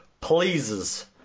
pleases